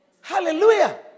Hallelujah